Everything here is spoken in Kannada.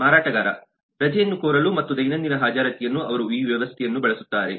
ಮಾರಾಟಗಾರ ರಜೆಗಳನ್ನು ಕೋರಲು ಮತ್ತು ದೈನಂದಿನ ಹಾಜರಾತಿಯನ್ನು ಅವರು ಈ ವ್ಯವಸ್ಥೆಯನ್ನು ಬಳಸುತ್ತಾರೆ